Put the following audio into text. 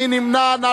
מי נמנע?